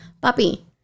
puppy